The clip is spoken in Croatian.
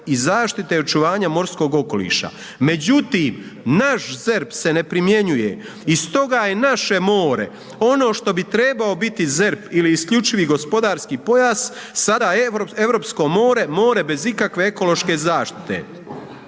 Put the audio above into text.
i zaštite očuvanja morskog okoliša. Međutim, naš ZERP se ne primjenjuje i stoga je naše more ono što bi trebao biti ZERP ili isključivi gospodarski pojas sada europsko more, more bez ikakve ekološke zaštite.